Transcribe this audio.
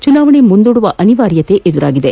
ಚುನಾವಣೆ ಮುಂದೂಡುವ ಅನಿವಾರ್ಯತೆ ಎದುರಾಗಿದೆ